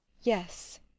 Yes